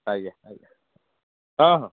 ଆଜ୍ଞା ଆଜ୍ଞା ହଁ ହଁ